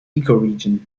ecoregion